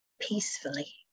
peacefully